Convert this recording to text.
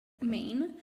maine